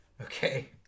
Okay